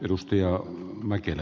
arvoisa puhemies